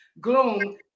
gloom